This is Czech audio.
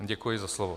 Děkuji za slovo.